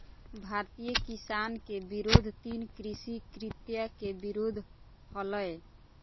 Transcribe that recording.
भारतीय किसान के विरोध तीन कृषि कृत्य के विरोध हलय